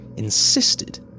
insisted